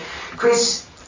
Chris